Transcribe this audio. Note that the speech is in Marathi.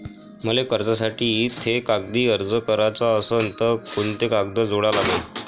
मले कर्जासाठी थे कागदी अर्ज कराचा असन तर कुंते कागद जोडा लागन?